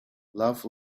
love